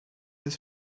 des